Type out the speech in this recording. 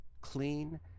clean